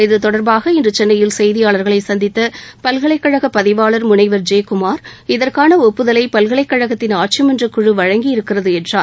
இதுதொடர்பாக இன்று சென்னையில் செய்தியாளர்களை சந்தித்த பல்கலைக்காக பதிவாளர் முனைவர் ஜெ குமார் இதற்கான ஒப்புதலை பல்கலைக்கழகத்தின் ஆட்சிமன்றக்குழு வழங்கியிருக்கிறது என்றார்